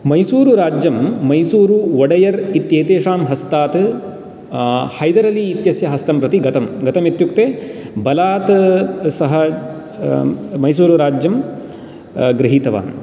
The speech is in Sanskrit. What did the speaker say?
मैसूरुराज्यं मैसूरु वडेयड् इत्येतेषां हस्तात् हैदरली इत्यस्य हस्तं प्रति गतं गतम् इत्युक्ते बलात् सः मैसूरुराज्यं गृहीतवान्